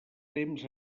temps